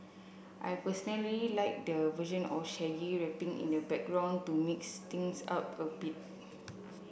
I personally like the version or Shaggy rapping in the background to mix things up a bit